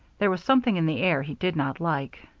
there was something in the air he did not like.